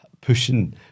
pushing